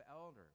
elder